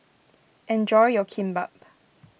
enjoy your Kimbap